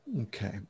Okay